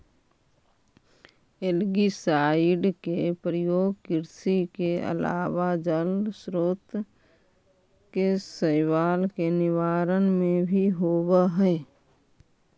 algicide के प्रयोग कृषि के अलावा जलस्रोत के शैवाल के निवारण में भी होवऽ हई